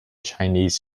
chinese